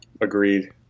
Agreed